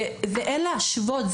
ואין מה להשוות,